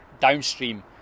downstream